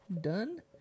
Done